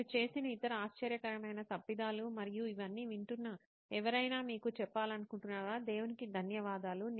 మీరు చేసిన ఇతర ఆశ్చర్యకరమైన తప్పిదాలు మరియు ఇవన్నీ వింటున్న ఎవరైనా మీకు చెప్పాలనుకుంటున్నారా దేవునికి ధన్యవాదాలు